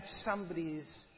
somebody's